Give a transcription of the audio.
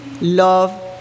love